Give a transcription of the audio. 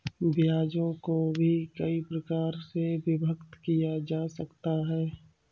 ब्याजों को भी कई प्रकार से विभक्त किया जा सकता है